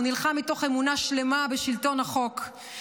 והוא נלחם מתוך אמונה שלמה בשלטון החוק,